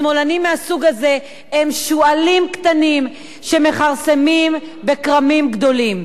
השמאלנים מהסוג הזה הם שועלים קטנים שמכרסמים בכרמים גדולים.